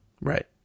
Right